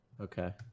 Okay